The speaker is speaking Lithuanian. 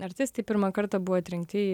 artistai pirmą kartą buvo atrinkti į